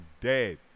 dead